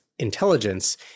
intelligence